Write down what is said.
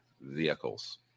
vehicles